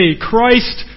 Christ